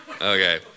okay